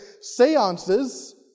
seances